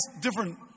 different